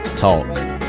talk